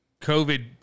COVID